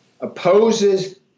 opposes